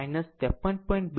2 o ampere